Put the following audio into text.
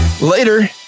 Later